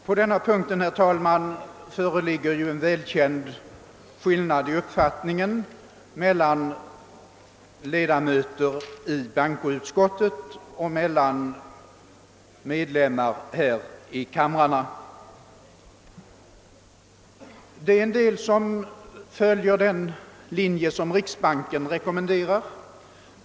Herr talman! På denna punkt föreligger ju en välkänd skillnad i uppfattningen, både mellan ledamöter i bankoutskottet och mellan ledamöter här i kamrarna. En del följer den linje riksbanken rekommenderar, andra går emot den.